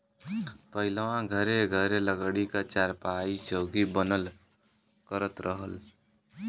पहिलवां घरे घरे लकड़ी क चारपाई, चौकी बनल करत रहल